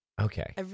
Okay